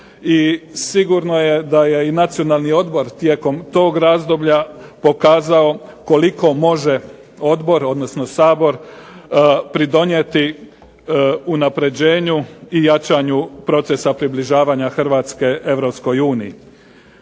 sigurno je da je i Nacionalni odbor tijekom tog razdoblja pokazao koliko može odbor odnosno Sabor pridonijeti unapređenju i jačanju procesa približavanja Hrvatske Europskoj uniji.